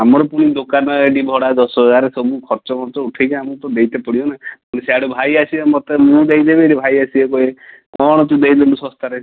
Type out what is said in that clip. ଆମର ପୁଣି ଦୋକାନ ଏଇଠି ଭଡ଼ା ଦଶ ହଜାର ସବୁ ଖର୍ଚ୍ଚଫର୍ଚ୍ଚ ଉଠେଇକି ଆମକୁ ତ ଦେଇତେ ପଡ଼ିବନା ପୁଣି ସିଆଡ଼ୁ ଭାଇ ଆସିବେ ମୋତେ ମୁଁ ଦେଇଦେବି ସେଠି ଭାଇ ଆସିବେ କହିବେ କଣ ତୁ ଦେଇଦେଲୁ ଶସ୍ତାରେ